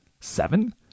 seven